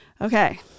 Okay